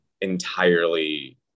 entirely